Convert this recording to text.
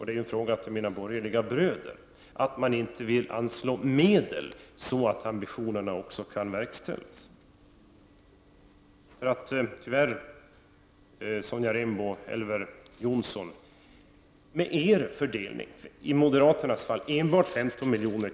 Det är en fråga till mina borgerliga bröder. Varför vill man inte anslå medel så att ambitionerna också kan förverkligas? Tyvärr, Sonja Rembo och Elver Jonsson, räcker inte er fördelning, som för moderaternas del är enbart 15 miljoner.